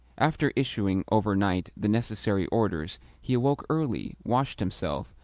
after issuing, overnight, the necessary orders, he awoke early, washed himself,